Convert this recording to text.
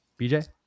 BJ